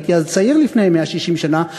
הייתי אז צעיר לפני 160 שנה,